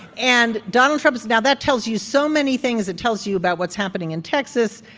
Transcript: and donald trump now, that tells you so many things. it tells you about what's happening in texas.